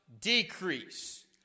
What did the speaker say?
decrease